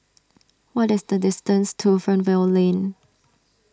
what is the distance to Fernvale Lane